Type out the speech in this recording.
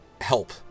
help